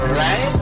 right